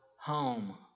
home